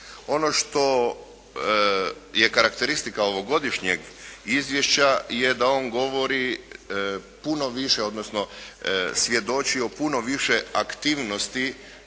Ono što je karakteristika ovogodišnjeg izvješća je da on govori puno više odnosno svjedoči o puno više aktivnosti